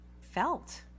felt